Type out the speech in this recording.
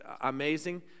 amazing